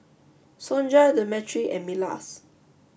Sonja Demetri and Milas